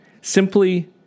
simply